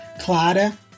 Clara